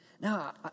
Now